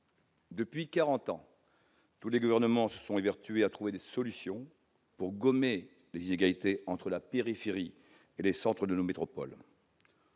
Depuis quarante ans, tous les gouvernements se sont évertués à trouver des solutions, afin de gommer les inégalités entre la périphérie et le centre de nos métropoles.